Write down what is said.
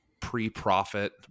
pre-profit